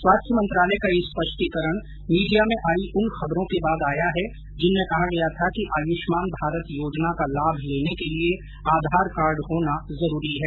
स्वास्थ्य मंत्रालय का यह स्पष्टीकरण मीडिया में आई उन खबरों के बाद आया है जिनमें कहा गया था कि आयुष्मान भारत योजना का लाभ लेने के लिए आधार कार्ड होना जरूरी है